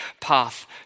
path